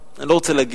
כן, כן, יש לך